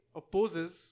opposes